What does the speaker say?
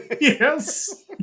yes